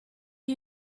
are